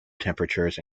temperatures